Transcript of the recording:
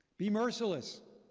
be merciless,